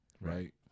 right